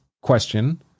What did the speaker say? question